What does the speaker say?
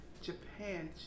Japan